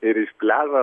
ir iš pliažo